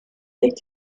legt